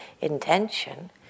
intention